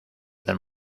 than